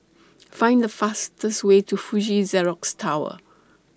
Find The fastest Way to Fuji Xerox Tower